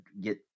get